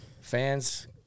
Fans